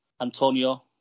Antonio